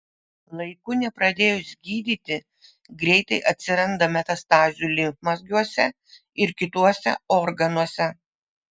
laiku nepradėjus gydyti greitai atsiranda metastazių limfmazgiuose ir kituose organuose